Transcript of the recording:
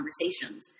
conversations